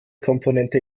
komponente